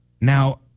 Now